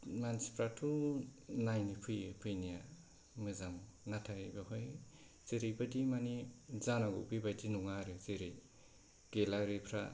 मानसिफ्राथ' नायनो फैयो फैनाया मोजां नाथाय बेवहाय जेरैबायदि माने जानांगौ बेबायदि नङा आरो जेरै गेलारिफ्रा